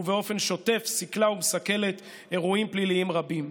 ובאופן שוטף סיכלה ומסכלת אירועים פליליים רבים.